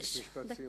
משפט סיום.